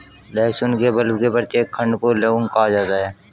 लहसुन के बल्ब के प्रत्येक खंड को लौंग कहा जाता है